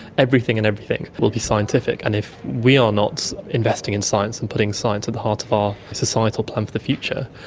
everything and everything will be scientific. and if we are not investing in science and putting science at the heart of our societal plan for the future,